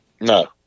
No